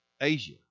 Asia